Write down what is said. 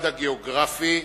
הגיאוגרפי,